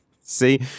see